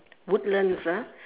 woodlands ah